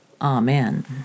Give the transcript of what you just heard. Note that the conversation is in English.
Amen